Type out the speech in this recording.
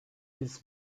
his